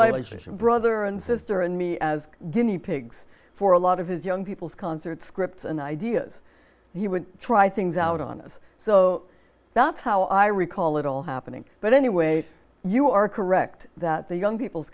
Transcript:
leisure brother and sister and me as guinea pigs for a lot of his young people's concert scripts and ideas he would try things out on us so that's how i recall it all happening but anyway you are correct that the young people